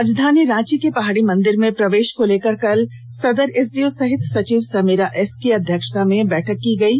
राजधानी रांची के पहाड़ी मंदिर में प्रवेश को लेकर कल सदर एसडीओ सह सचिव समीरा एस की अध्यक्षता में बैठक की गयी